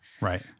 Right